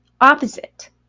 opposite